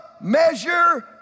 measure